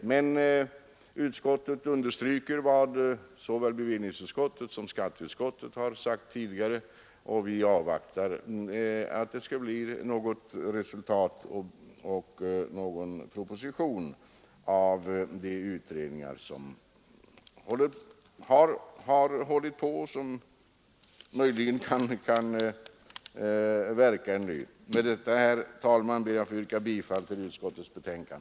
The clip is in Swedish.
jordbruksfastighet Men utskottet understryker vad såväl bevillningsutskottet som skatteutskottet har sagt tidigare: Vi vill avvakta en proposition på grundval av utförda och ännu pågående utredningar. Herr talman! Med detta ber jag att få yrka bifall till utskottets hemställan.